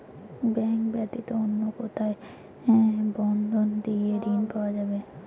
Bank ব্যাতীত অন্য কোথায় বন্ধক দিয়ে ঋন পাওয়া যাবে?